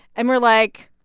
and we're, like,